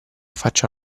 faccia